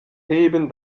heben